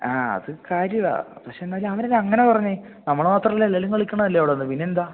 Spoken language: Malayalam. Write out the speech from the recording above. ആ അത് കാര്യമാണ് പക്ഷേ എന്നാലും അവൻ എന്താണ് അങ്ങനെ പറഞ്ഞത് നമ്മൾ മാത്രമല്ലല്ലോ എല്ലാവരും കളിക്കുന്നത് അല്ലെ അവിടെ നിന്ന് പിന്നെ എന്താണ്